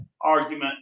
argument